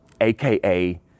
aka